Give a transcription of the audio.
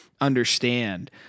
understand